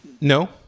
No